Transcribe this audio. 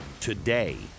today